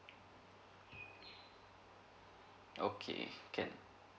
okay can